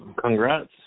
congrats